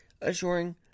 assuring